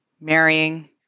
marrying